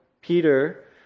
Peter